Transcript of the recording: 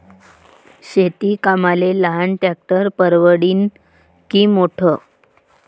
शेती कामाले लहान ट्रॅक्टर परवडीनं की मोठं?